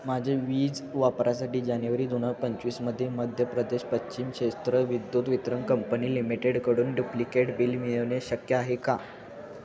माझे वीज वापरासाठी जानेवारी दोन हजार पंचवीसमध्ये मध्य प्रदेश पश्चिम क्षेत्र विद्युत वितरण कंपनी लिमिटेडकडून डुप्लिकेट बिल मिळवणे शक्य आहे का